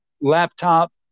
laptop